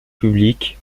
publics